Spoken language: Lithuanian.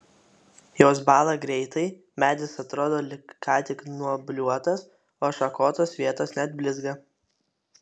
jos bąla greitai medis atrodo lyg ką tik nuobliuotas o šakotos vietos net blizga